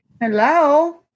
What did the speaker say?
Hello